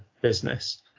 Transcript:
business